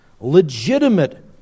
legitimate